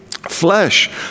flesh